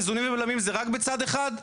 איזונים ובלמים זה רק בצד אחד?